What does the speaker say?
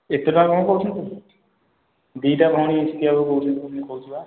ଏତେ ଟଙ୍କା କ'ଣ କହୁଛନ୍ତି ଦୁଇଟା ଭଉଣୀ ଶିଖିବାକୁ କହୁଛି କହୁଛି ବା